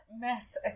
mess